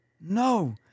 No